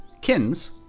Kins